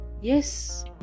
Yes